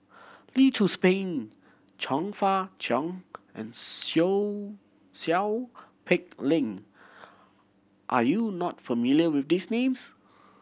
Lee Tzu Pheng Chong Fah Cheong and Seow Peck Leng are you not familiar with these names